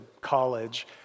college